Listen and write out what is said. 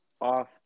off